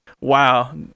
Wow